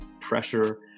pressure